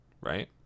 Right